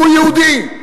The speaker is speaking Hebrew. הוא יהודי.